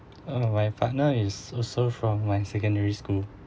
oh my partner is also from my secondary school